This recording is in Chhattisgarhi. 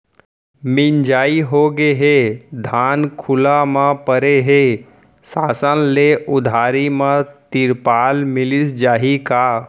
मिंजाई होगे हे, धान खुला म परे हे, शासन ले उधारी म तिरपाल मिलिस जाही का?